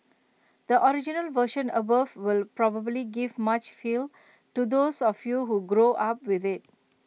the original version above will probably give much feels to those of you who grow up with IT